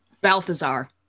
Balthazar